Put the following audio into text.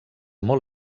molt